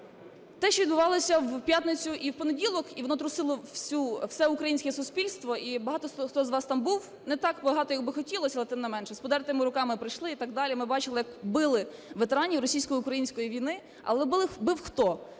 те, що відбувалося в п'ятницю і в понеділок, і воно трусило все українське суспільство, і багато хто з вас там був, не так багато, як би хотілося, але тим не менше, з подертими руками прийшли і так далі. Ми бачили, як били ветеранів російсько-української війни. Але бив хто?